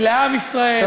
היא לעם ישראל,